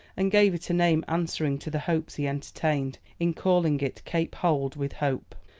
and gave it a name answering to the hopes he entertained, in calling it cape hold with hope.